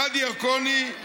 גדי ירקוני,